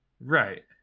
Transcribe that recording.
Right